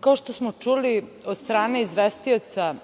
kao što smo čuli od strane izvestioca